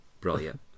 brilliant